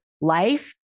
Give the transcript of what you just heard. life